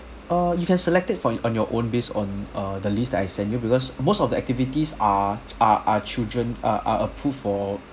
uh you can select it from on your own based on uh the list that I send you because most of the activities are are are children are are approved for